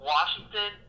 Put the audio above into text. Washington